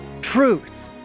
truth